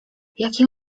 jaki